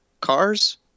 cars